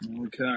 Okay